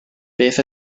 beth